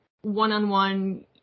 one-on-one